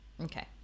Okay